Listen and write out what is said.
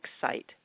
site